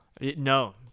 No